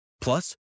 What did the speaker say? Plus